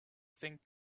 think